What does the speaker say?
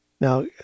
now